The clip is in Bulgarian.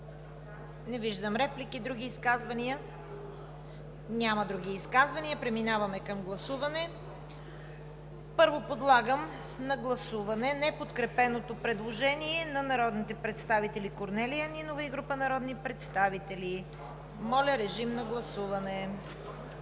Не виждам. Други изказвания? Няма. Преминаваме към гласуване. Първо подлагам на гласуване неподкрепеното предложение на народните представители Корнелия Нинова и група народни представители. Гласували